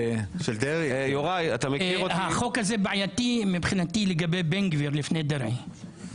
מבחינתי החוק הזה בעייתי לגבי בן גביר, לפני דרעי.